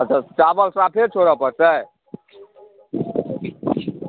अच्छा चावल साफे छोड़ऽ पड़तै